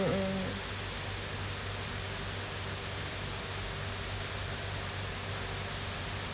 mm mm